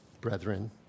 brethren